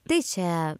tai čia